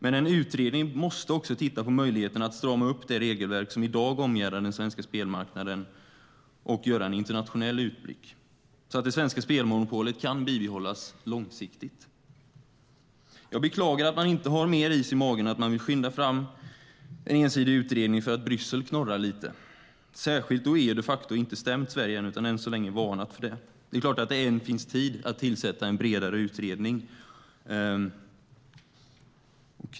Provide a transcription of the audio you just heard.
Men en utredning måste också titta på möjligheterna att strama upp det regelverk som i dag omgärdar den svenska spelmarknaden och göra en internationell utblick så att det svenska spelmonopolet kan bibehållas långsiktigt. Jag beklagar att man inte har mer is i magen än att man vill skynda fram en ensidig utredning för att Bryssel knorrar lite, särskilt då EU de facto inte stämt Sverige utan än så länge varnat för det. Det är klart att det än finns tid att tillsätta en bredare utredning.